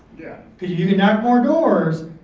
yeah. cause if you can knock more doors,